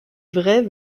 vraie